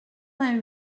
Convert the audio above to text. vingt